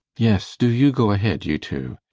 yes, do you go ahead, you two.